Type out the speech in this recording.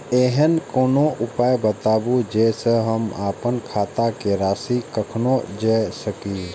ऐहन कोनो उपाय बताबु जै से हम आपन खाता के राशी कखनो जै सकी?